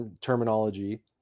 terminology